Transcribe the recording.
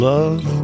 Love